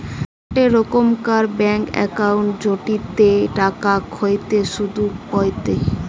গোটে রোকমকার bank account জেটিতে টাকা খতিয়ে শুধ পায়টে